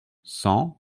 cent